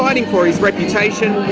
fighting for his reputation,